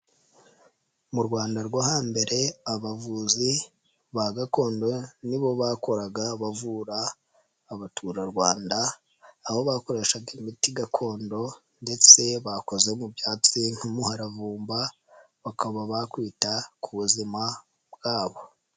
Mu Rwanda rwo hambere abavuzi ba gakondo ni bo bakoraga bavura Abaturarwanda aho bakoreshaga imiti gakondo ndetse bakoze mu byatsi nk'umuharavumba bakaba bakwita ku buzima bwabo.